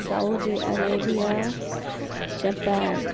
Saudi Arabia Japan